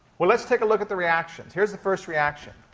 well, let's take a look at the reactions. here's the first reaction.